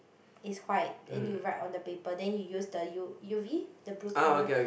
is white then you write on the paper then you use the U U_V the blue colour